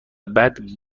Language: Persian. بعد